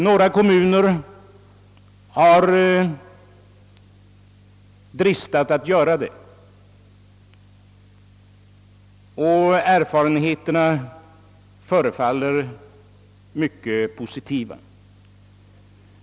Några kommuner har dristat sig att göra det, och erfarenheterna förefaller mycket positiva.